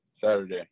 Saturday